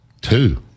Two